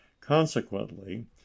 consequently